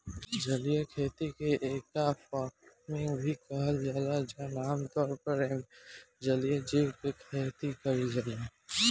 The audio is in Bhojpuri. जलीय खेती के एक्वाफार्मिंग भी कहल जाला जवन आमतौर पर एइमे जलीय जीव के खेती कईल जाता